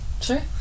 sure